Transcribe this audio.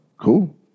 cool